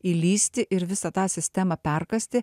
įlįsti ir visą tą sistemą perkasti